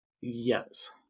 Yes